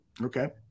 Okay